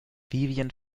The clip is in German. vivien